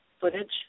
footage